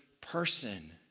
person